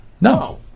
No